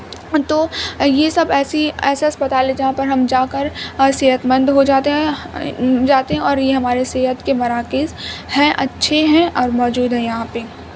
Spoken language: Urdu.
تو یہ سب ایسی ایسے اسپتال ہیں جہاں پر ہم جا کر اور صحت مند ہو جاتے ہیں جاتے ہیں اور یہ ہمارے صحت کے مراکز ہیں اچھے ہیں اور موجود ہیں یہاں پہ